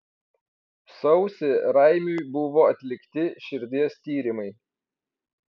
sausį raimiui buvo atlikti širdies tyrimai